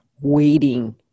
waiting